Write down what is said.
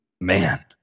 man